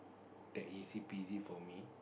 that easy peasy for me